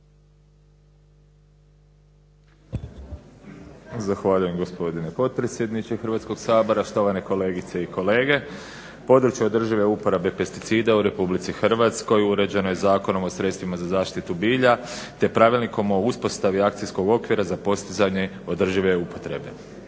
Zahvaljujem gospodine potpredsjedniče Hrvatskoga sabora, štovane kolegice i kolege. Područje održive uporabe pesticida u Republici Hrvatskoj uređeno je Zakonom o sredstvima za zaštitu bilja te pravilnikom o uspostavi akcijskog okvira za postizanje održive upotrebe.